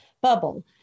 bubble